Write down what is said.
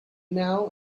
now